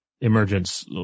emergence